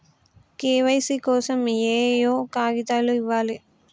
KYC కోసం ఏయే కాగితాలు ఇవ్వాలి?